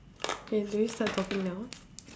eh do we start talking now